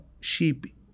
sheep